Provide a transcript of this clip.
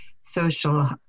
social